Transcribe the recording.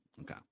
Okay